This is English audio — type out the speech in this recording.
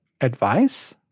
advice